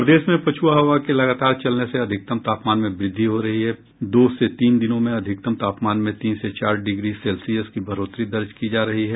प्रदेश में पछुआ हवा के लगातार चलने से अधिकतम तापमान में वृद्धि हो रही हैं जिससे पिछले दो से तीन दिनों में अधिकतम तापमान में तीन से चार डिग्री सेल्सियस की बढ़ोतरी दर्ज की जा रही है